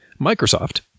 Microsoft